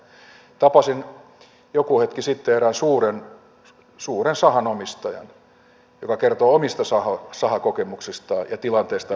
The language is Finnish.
tapasin joku hetki sitten erään suuren sahan omistajan joka kertoi omista sahakokemuksistaan ja tilanteistaan siellä sahalla